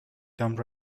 dumb